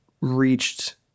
reached